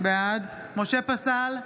בעד משה פסל,